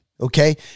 Okay